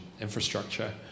infrastructure